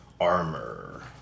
armor